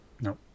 No